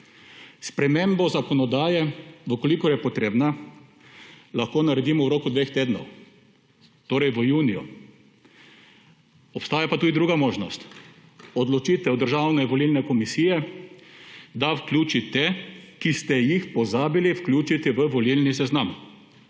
Spremembo zakonodaje, v kolikor je potrebna, lahko naredimo v roku dveh tednov, torej v juniju. Obstaja pa tudi druga možnost − odločitev Državne volilne komisije, da vključi te, ki ste jih pozabili vključiti v volilni seznam.